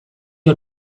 you